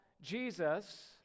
Jesus